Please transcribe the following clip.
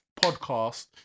podcast